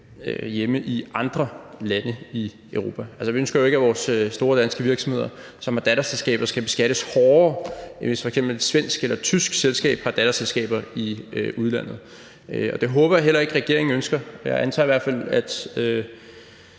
hjemme i andre lande i Europa. Altså, vi ønsker jo ikke, at vores store danske virksomheder, som har datterselskaber, skal beskattes hårdere end f.eks. et svensk eller et tysk selskab, der har datterselskaber i udlandet. Og det håber jeg heller ikke regeringen ønsker. Jeg antager i hvert fald, at